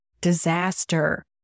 disaster